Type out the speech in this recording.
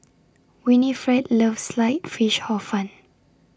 Winnifred loves Sliced Fish Hor Fun